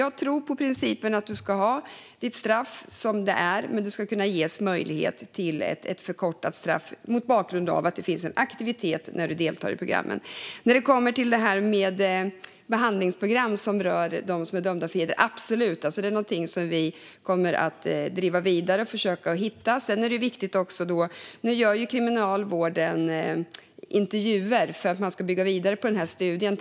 Jag tror på principen att du ska ha ditt straff som det är men att du ska kunna ges möjlighet till ett förkortat straff mot bakgrund av att det finns en aktivitet när du deltar i programmen. Behandlingsprogram som rör dem som är dömda för hedersbrott är någonting som vi kommer att driva vidare och försöka att hitta. Nu gör Kriminalvården intervjuer för att bygga vidare på studien.